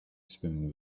swimming